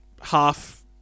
half